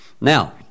Now